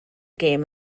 gêm